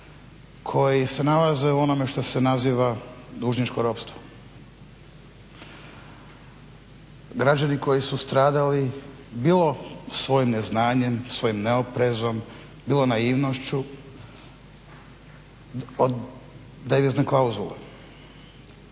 koji se nalaze u onome što se naziva dužničko ropstvo. Građani koji su stradali bilo svojim neznanjem, svojim neoprezom, bilo naivnošću od devizne klauzule